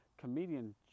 comedian